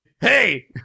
Hey